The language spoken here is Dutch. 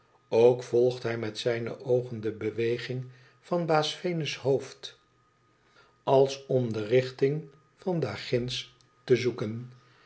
ook volgt hij met zijne oogen de beweging van baas venus hoofd als om de richting van daar ginds tè zoeken